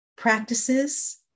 Practices